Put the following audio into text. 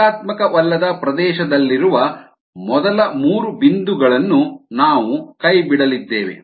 ರೇಖಾತ್ಮಕವಲ್ಲದ ಪ್ರದೇಶದಲ್ಲಿರುವ ಮೊದಲ ಮೂರು ಬಿಂದುಗಳನ್ನು ನಾವು ಕೈಬಿಡಲಿದ್ದೇವೆ